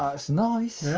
it's nice.